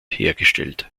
hergestellt